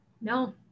No